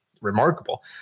remarkable